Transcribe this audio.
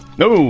know